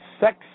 Sex